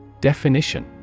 DEFINITION